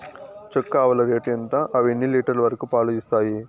చుక్క ఆవుల రేటు ఎంత? అవి ఎన్ని లీటర్లు వరకు పాలు ఇస్తాయి?